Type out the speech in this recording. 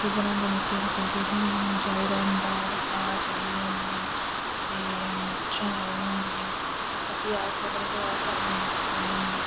फ्ही बनांदे मौकै असें सब किश लून चाहिदा होंदा बसार चाहिदे होंदे ते मर्चां चाहिदियां होंदियां फ्ही असें सैलियां मर्चां पान्ने होन्ने